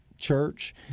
church